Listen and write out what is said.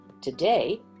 Today